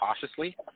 cautiously